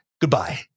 Goodbye